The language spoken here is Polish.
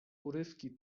urywki